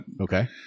okay